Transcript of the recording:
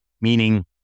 meaning